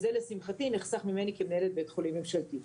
לשמחתי, זה נחסך ממני כמנהלת בית חולים ממשלתי.